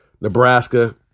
Nebraska